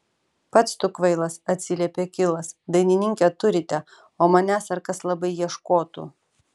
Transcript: pats tu kvailas atsiliepė kilas dainininkę turite o manęs ar kas labai ieškotų